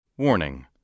Warning